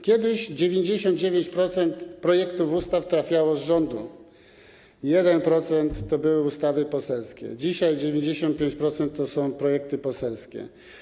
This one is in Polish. Kiedyś 99% projektów ustaw trafiało z rządu, 1% to były ustawy poselskie, dzisiaj 95% to są projekty poselskie.